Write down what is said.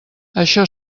això